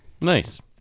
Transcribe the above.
Nice